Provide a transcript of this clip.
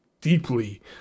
deeply